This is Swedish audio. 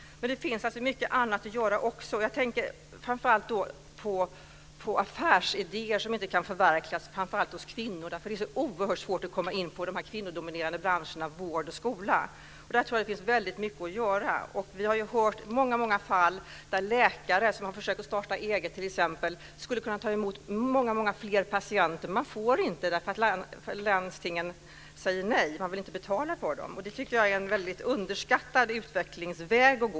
Men det finns också mycket annat att göra. Jag tänker på affärsidéer framför allt hos kvinnor som inte kan förverkligas därför att det är så oerhört svårt att komma in på de kvinnodominerade branscherna vård och skola. Jag tror att det där finns väldigt mycket att göra. Vi har t.ex. sett många fall där läkare som har försökt starta eget skulle ha kunnat ta emot många fler patienter men inte får det därför att landstingen säger nej. De vill inte betala för dem. Jag tycker att detta är en mycket underskattad utvecklingsväg.